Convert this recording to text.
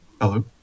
Hello